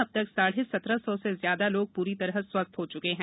अब तक साढ़े सत्रह सौ ज्यादा लोग अब तक पूरी तरह स्वस्थ हो च्के हैं